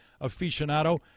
aficionado